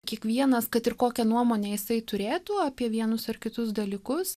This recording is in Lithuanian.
kiekvienas kad ir kokią nuomonę jisai turėtų apie vienus ar kitus dalykus